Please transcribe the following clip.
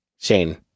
Shane